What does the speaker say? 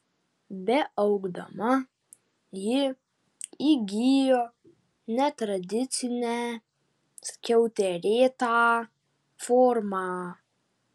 beaugdama ji įgijo netradicinę skiauterėtą formą